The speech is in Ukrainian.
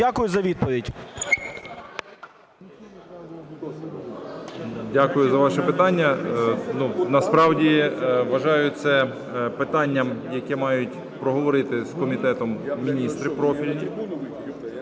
ШМИГАЛЬ Д.А. Дякую за ваше питання. Насправді вважаю це питанням, яке мають проговорити з комітетом міністри профільні.